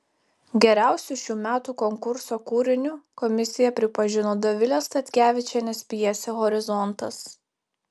geriausiu šių metų konkurso kūriniu komisija pripažino dovilės statkevičienės pjesę horizontas